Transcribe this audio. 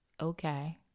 Okay